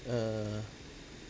err